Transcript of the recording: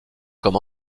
comme